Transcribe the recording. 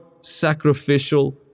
sacrificial